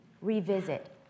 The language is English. revisit